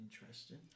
interesting